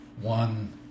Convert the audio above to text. One